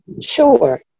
Sure